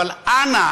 אבל אנא,